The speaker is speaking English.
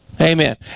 Amen